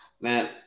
man